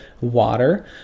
water